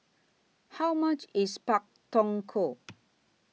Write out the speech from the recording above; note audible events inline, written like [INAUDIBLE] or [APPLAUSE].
How much IS Pak Thong Ko [NOISE]